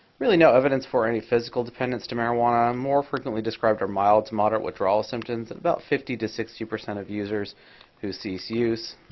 really no evidence for any physical dependence to marijuana. more frequently described are mild to moderate withdrawal symptoms, and about fifty percent to sixty percent of users who cease use,